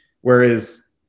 whereas